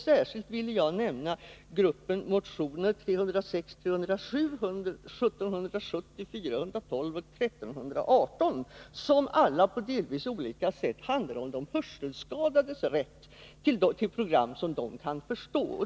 Särskilt vill jag nämna en grupp motioner, nämligen nr 306, 307, 1770, 412 och 1318, som alla, på delvis olika sätt, handlar om de hörselskadades rätt till program som de kan förstå.